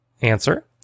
Answer